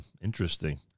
Interesting